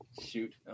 shoot